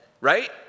Right